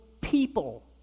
people